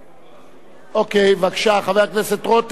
אוקיי, בבקשה, חבר הכנסת רותם.